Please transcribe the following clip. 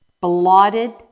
blotted